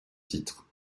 titres